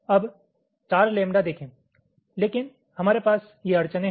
अब 4 लैम्ब्डा देखें लेकिन हमारे पास ये अड़चनें हैं